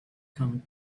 come